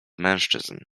mężczyzn